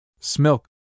Smilk